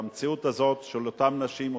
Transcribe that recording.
במציאות הזאת של אותן נשים,